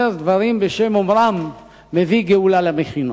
דברים בשם אומרם מביא גאולה למכינות.